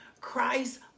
Christ